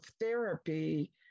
therapy